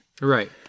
Right